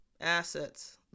assets